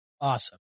Awesome